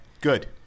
Good